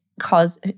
cause